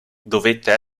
dovette